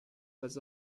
was